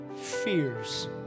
fears